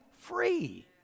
free